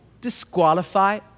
disqualify